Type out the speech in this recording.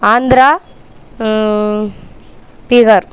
Andhra Bihar